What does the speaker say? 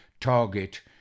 Target